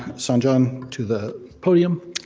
sanjayan to the podium.